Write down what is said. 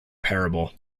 parable